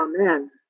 Amen